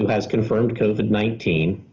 has confirmed covid nineteen,